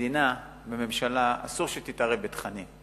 מדינה וממשלה, אסור שהן יתערכו בתכנים.